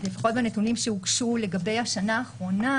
לפחות בנתונים שהוגשו לגבי השנה האחרונה